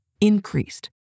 increased